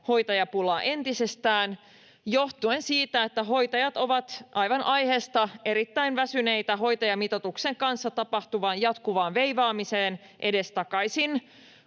hoitajapulaa entisestään johtuen siitä, että hoitajat ovat, aivan aiheesta, erittäin väsyneitä hoitajamitoituksen kanssa tapahtuvaan jatkuvaan veivaamiseen edestakaisin,